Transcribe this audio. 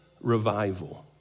Revival